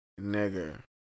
nigger